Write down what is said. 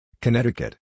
Connecticut